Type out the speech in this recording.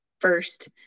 first